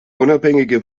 unabhängige